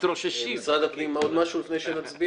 משרד הפנים, עוד משהו לפני שנצביע?